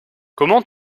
comment